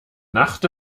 nacht